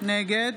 נגד